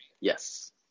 Yes